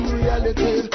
reality